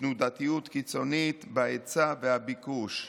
תנודתיות קיצונית בהיצע והביקוש לחלב.